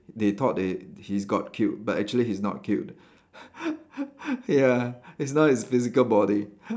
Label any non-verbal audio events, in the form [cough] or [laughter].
they thought that he he's got killed but actually he's not killed [laughs] ya it's not his physical body